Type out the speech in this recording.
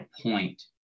point